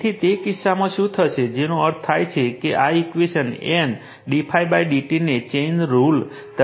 તેથી તે કિસ્સામાં શું થશે જેનો અર્થ થાય છે આ ઇક્વેશન N d∅ dt ને ચેઇન રૂલ તરીકે લખી શકાય છે